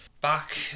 Back